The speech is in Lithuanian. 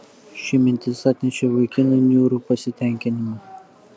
ši mintis atnešė vaikinui niūrų pasitenkinimą